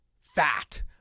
fat